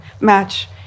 match